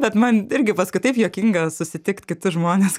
bet man irgi paskui taip juokinga susitikt kitus žmones